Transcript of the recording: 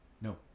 No